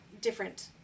different